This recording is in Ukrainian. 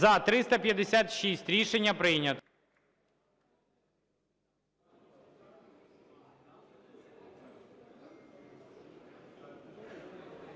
За-356 Рішення прийнято.